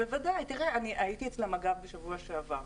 אני הייתי אצלם בשבוע שעבר,